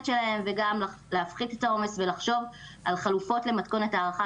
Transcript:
שלהן וגם להפחית את העומס ולחשוב על חלופות למתכונת הערכה,